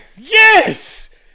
Yes